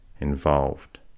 involved